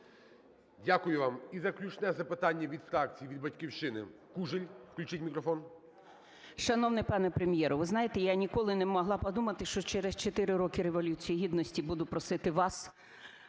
Дякую вам. І заключне запитання від фракцій - від "Батьківщини" Кужель включіть мікрофон.